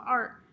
art